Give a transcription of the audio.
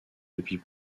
depuis